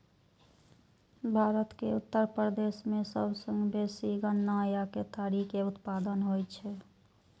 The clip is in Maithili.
भारत के उत्तर प्रदेश मे सबसं बेसी गन्ना या केतारी के उत्पादन होइ छै